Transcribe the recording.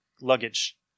luggage